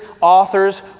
authors